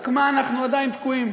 רק מה, אנחנו עדיין תקועים.